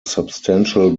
substantial